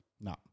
No